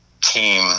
team